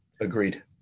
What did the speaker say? agreed